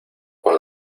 con